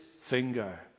finger